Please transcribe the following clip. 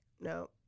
no